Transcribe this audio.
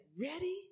ready